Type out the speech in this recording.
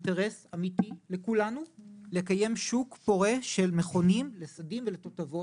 אינטרס אמיתי לקיים שוק פורה של מכונים לסדים ולתותבות.